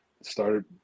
started